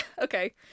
Okay